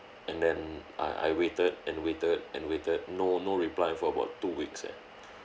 and then I I waited and waited and waited no no reply for about two weeks eh